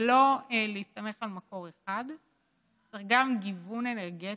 ולא להסתמך על מקור אחד, צריך גיוון אנרגטי,